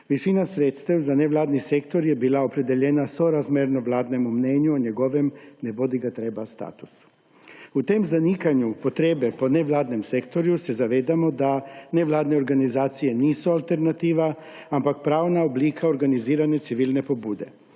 Višina sredstev za nevladni sektor je bila opredeljena sorazmerno vladnemu mnenju o njegovem nebodigatreba statusu. V tem zanikanju potrebe po nevladnem sektorju se zavedamo, da nevladne organizacije niso alternativa, ampak pravna oblika organiziranja civilne pobude.